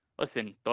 listen